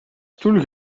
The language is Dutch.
stoel